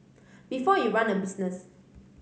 before you run a business